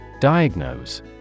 Diagnose